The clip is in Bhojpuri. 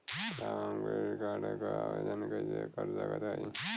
साहब हम क्रेडिट कार्ड क आवेदन कइसे कर सकत हई?